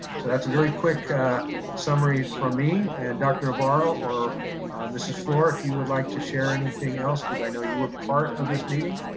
so that's a very quick summary from me, and dr. navarro or mrs. fluor, if you would like to share anything else, cause i know you were part of this meeting,